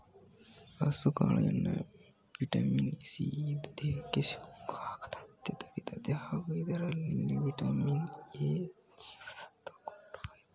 ಹೆಸುಕಾಳಿನಲ್ಲಿ vitamin C ಇದ್ದು, ದೇಹಕ್ಕೆ ಸೋಂಕು ಆಗದಂತೆ ತಡಿತದೆ ಹಾಗೂ ಇದರಲ್ಲಿ ವಿಟಮಿನ್ ಎ ಜೀವಸತ್ವ ಕೂಡ ಆಯ್ತೆ